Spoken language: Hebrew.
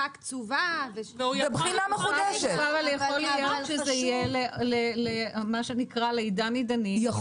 יכול להיות שזה מה שנקרא לעידן עידנים,